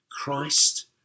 Christ